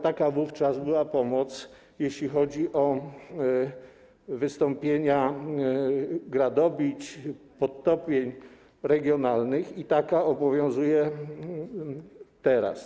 Taka wówczas była pomoc, jeśli chodzi o wystąpienia gradobić, podtopień regionalnych, taka też obowiązuje teraz.